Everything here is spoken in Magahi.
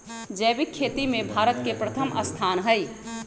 जैविक खेती में भारत के प्रथम स्थान हई